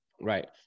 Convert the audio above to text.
Right